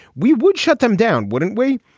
we would shut them down, wouldn't we?